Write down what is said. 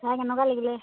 চাই কেনেকুৱা লাগিলে